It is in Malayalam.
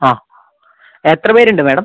ആ എത്ര പേര് ഉണ്ട് മാഡം